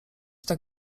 tak